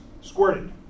squirted